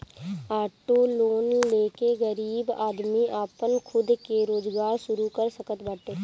auto loan ले के गरीब आदमी आपन खुद के रोजगार शुरू कर सकत बाटे